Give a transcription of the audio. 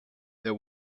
there